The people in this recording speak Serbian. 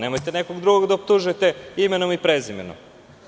Nemojte nekog drugog da optužujete imenom i prezimenom.